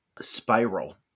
spiral